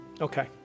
Okay